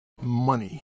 Money